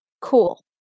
Cool